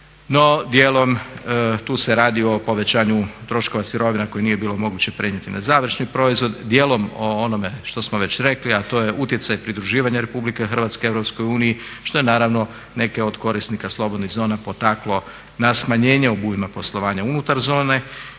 no dijelom tu se radi o povećanju troškova sirovina koje nije bilo moguće prenijeti na završni proizvod, dijelom o onome što smo već rekli a to je utjecaj pridruživanja Republike Hrvatske Europskoj uniji što je naravno neke od korisnika slobodnih zona potaklo na smanjenje obujma poslovanja unutar zone